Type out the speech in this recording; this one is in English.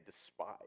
despise